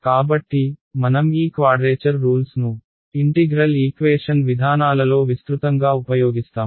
కాబట్టి మనం ఈ క్వాడ్రేచర్ రూల్స్ ను ఇంటిగ్రల్ ఈక్వేషన్ విధానాలలో విస్తృతంగా ఉపయోగిస్తాము